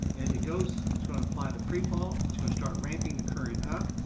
as it goes, it's going to apply the pre fault. it's going to start ramping the current up.